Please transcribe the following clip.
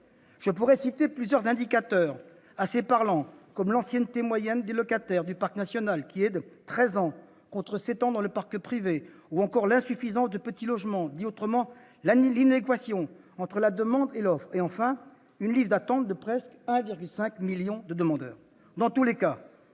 Je pourrais citer plusieurs indicateurs assez parlants, comme l'ancienneté moyenne des locataires du parc social, qui est de treize ans contre sept ans dans le parc privé, ou encore l'insuffisance de petits logements, autrement dit l'inadéquation entre la demande et l'offre, et enfin, une liste d'attente sur laquelle figurent près de 1,5 million de demandeurs.